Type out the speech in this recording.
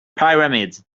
pyramids